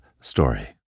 story